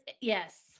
yes